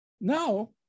Now